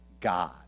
God